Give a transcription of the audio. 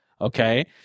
Okay